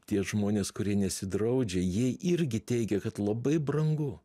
tie žmonės kurie nesidraudžia jie irgi teigia kad labai brangu